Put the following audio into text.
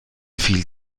fiel